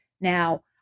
Now